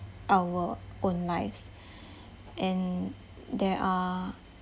our own lives and there are